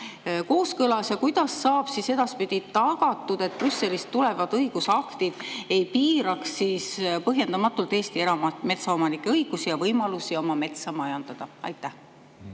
kooskõlas. Kuidas saab edaspidi tagatud see, et Brüsselist tulevad õigusaktid ei piiraks põhjendamatult Eesti erametsaomanike õigusi ja võimalusi oma metsa majandada? Aitäh!